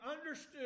understood